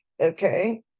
okay